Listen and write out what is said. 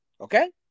okay